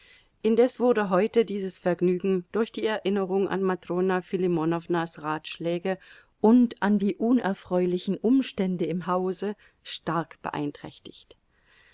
indes wurde heute dieses vergnügen durch die erinnerung an matrona filimonownas ratschläge und an die unerfreulichen umstände im hause stark beeinträchtigt